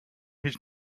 his